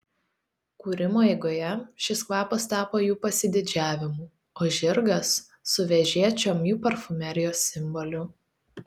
kūrimo eigoje šis kvapas tapo jų pasididžiavimu o žirgas su vežėčiom jų parfumerijos simboliu